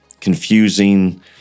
confusing